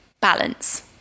Balance